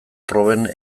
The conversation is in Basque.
proben